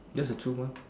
that's the truth mah